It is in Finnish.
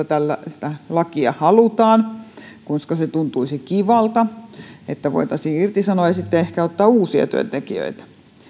tällaista lakia halutaan koska se tuntuisi kivalta että voitaisiin irtisanoa ja sitten ehkä ottaa uusia työntekijöitä